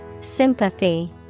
Sympathy